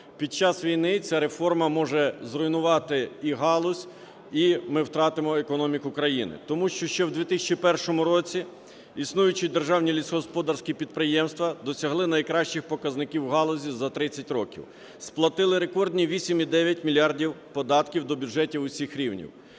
Під час війни ця реформа може зруйнувати і галузь, і ми втратимо економіку країни. Тому що ще в 2001 році існуючі державні лісогосподарські підприємства досягли найкращих показників в галузі за 30 років, сплатили рекордні 8,9 мільярда податків до бюджетів усіх рівнів.